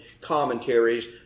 commentaries